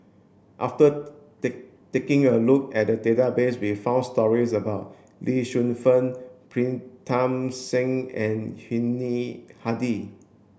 after taking a look at the database we found stories about Lee Shu Fen Pritam Singh and Yuni Hadi